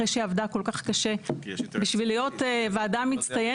אחרי שהיא עבדה כל כך קשה בשביל להיות וועדה מצטיינת,